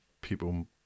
people